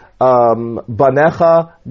Banecha